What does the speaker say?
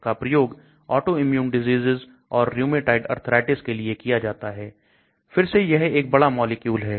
इसका प्रयोग autoimmune diseses और रूमेटाइड अर्थराइटिस के लिए किया जाता है फिर से यह एक बड़ा मॉलिक्यूल है